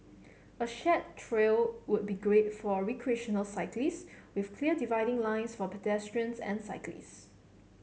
a shared trail would be great for recreational cyclists with clear dividing lines for pedestrians and cyclists